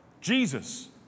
Jesus